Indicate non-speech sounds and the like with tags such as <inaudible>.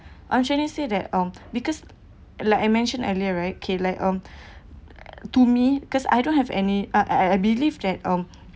<breath> I'm trying to say that um because like I mentioned earlier right okay like um to me because I don't have any I I believe that um